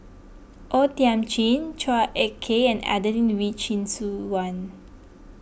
O Thiam Chin Chua Ek Kay and Adelene Wee Chin Suan